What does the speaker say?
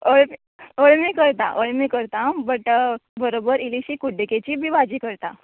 अळ अळमी करता अळमी करता बट बरबर इल्लीशीं कुड्डुकेचीय बी भाजी करता